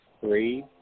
three